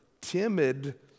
timid